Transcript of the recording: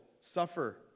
suffer